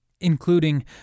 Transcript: including